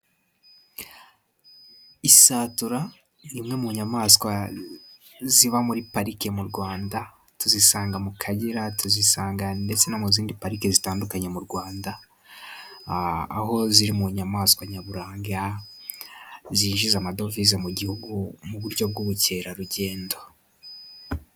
Isatura imwe mu nyamaswa ziba muri pariki mu Rwanda, tuzisanga mu Kagera, tuzisanga ndetse no mu zindi pariki zitandukanye mu Rwanda, aho ziri mu nyamaswa nyaburanga zinjiza amadovize mu Gihugu mu buryo bw'ubukerarugendo.